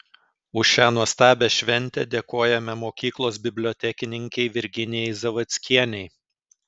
už šią nuostabią šventę dėkojame mokyklos bibliotekininkei virginijai zavadskienei